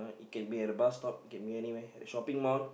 it can be at the bus stop it can be anywhere at a shopping mall